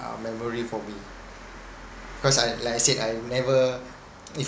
uh memory for me cause I like I said I never